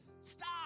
stop